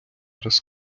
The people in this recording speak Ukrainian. раз